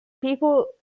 people